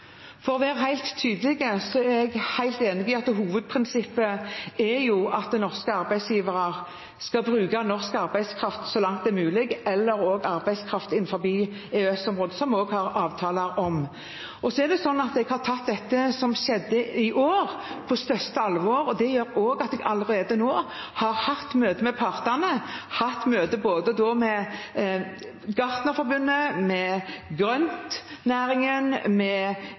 For å være helt tydelig: Jeg er helt enig i at hovedprinsippet er at norske arbeidsgivere skal bruke norsk arbeidskraft så langt det er mulig, eller også arbeidskraft innenfor EØS-området, som vi har avtaler om. Jeg har tatt dette som skjedde i år, på største alvor. Jeg har derfor allerede nå hatt møte med partene, hatt møte med Gartnerforbundet, med grøntnæringen, med Bondelaget, med Bonde- og Småbrukarlaget og med